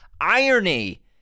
irony